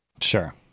Sure